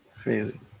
crazy